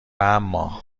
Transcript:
اما